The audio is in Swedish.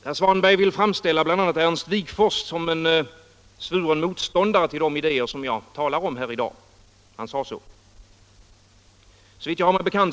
Herr Svanberg vill framställa bl.a. Ernst Wigforss som en svuren motståndare — han uttryckte sig så — till de idéer som jag talar om här i dag.